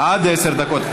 עד עשר דקות.